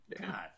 God